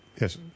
Yes